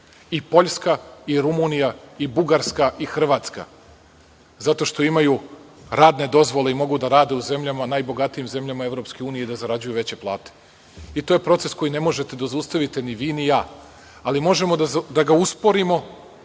I Poljska i Rumunija i Bugarska i Hrvatska, zato što imaju radne dozvole i mogu da rade u najbogatijim zemljama EU i da zarađuju veće plate i to je proces koji ne možete da zaustavite ni vi, ni ja, ali možemo da ga usporimo